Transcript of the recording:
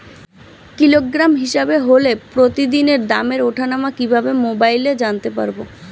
Kilogram হিসাবে হলে প্রতিদিনের দামের ওঠানামা কিভাবে মোবাইলে জানতে পারবো?